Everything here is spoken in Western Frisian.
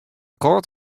koart